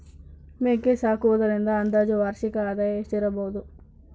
ಮೇಕೆ ಸಾಕುವುದರಿಂದ ಅಂದಾಜು ವಾರ್ಷಿಕ ಆದಾಯ ಎಷ್ಟಿರಬಹುದು?